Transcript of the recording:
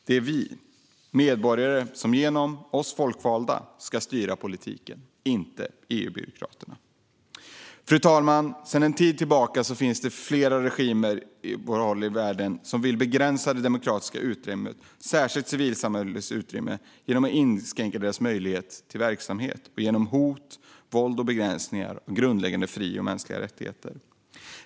Det är vi medborgare som genom våra folkvalda ska styra politiken, inte EU-byråkraterna. Fru talman! Sedan en tid tillbaka finns det regimer på flera håll i världen som vill begränsa det demokratiska utrymmet, särskilt civilsamhällets utrymme, genom att inskränka möjligheterna till verksamhet och genom hot, våld och begränsningar av grundläggande fri och rättigheter.